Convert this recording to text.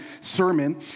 sermon